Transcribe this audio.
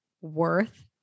worth